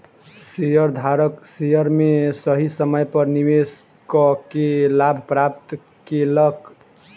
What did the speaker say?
शेयरधारक शेयर में सही समय पर निवेश कअ के लाभ प्राप्त केलक